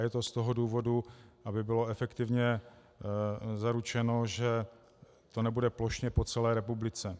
A je to z toho důvodu, aby bylo efektivně zaručeno, že to nebude plošně po celé republice.